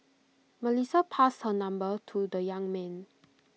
Melissa passed her number to the young man